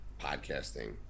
podcasting